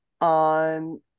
on